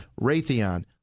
Raytheon